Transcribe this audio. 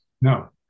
No